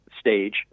stage